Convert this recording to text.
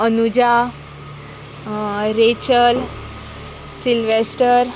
Anuja Rachel Sylvester